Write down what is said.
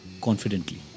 confidently